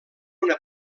una